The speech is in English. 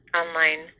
online